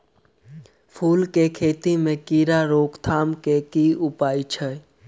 फूल केँ खेती मे कीड़ा रोकथाम केँ की उपाय छै?